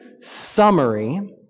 summary